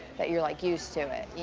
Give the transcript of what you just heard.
that you're, like, used to it, you